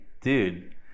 dude